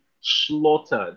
slaughtered